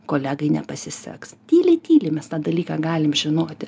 kolegai nepasiseks tyliai tyliai mes tą dalyką galim žinoti